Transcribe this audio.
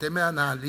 אתם מנהלים